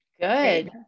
Good